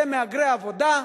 אלה מהגרי עבודה.